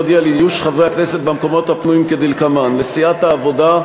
התשע"ג 2013, ובדבר העברתה לוועדת העבודה,